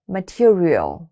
Material